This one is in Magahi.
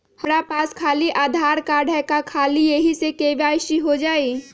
हमरा पास खाली आधार कार्ड है, का ख़ाली यही से के.वाई.सी हो जाइ?